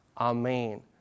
amen